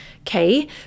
okay